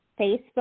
Facebook